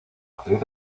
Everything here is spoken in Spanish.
actriz